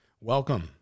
Welcome